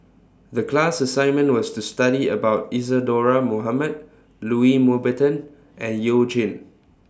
The class assignment was to study about Isadhora Mohamed Louis Mountbatten and YOU Jin